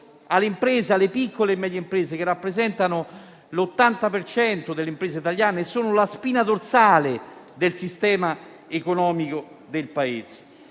delle piccole e medie imprese, che rappresentano l'80 per cento delle imprese italiane e sono la spina dorsale del sistema economico del Paese.